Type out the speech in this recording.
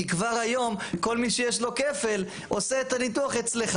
כי כבר היום כל מי שיש לו כפל עושה את הניתוח אצלך,